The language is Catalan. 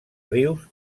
rius